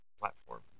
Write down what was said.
platform